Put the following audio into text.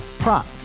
Prop